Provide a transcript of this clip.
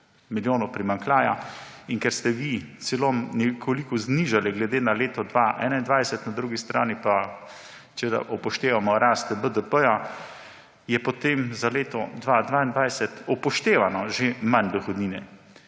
milijonov primanjkljaja. In ker ste vi celo nekoliko znižali glede na leto 2021, na drugi strani pa če upoštevamo rast BDP, je potem za leto 2022 upoštevano že manj dohodnine.